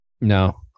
no